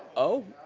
oh.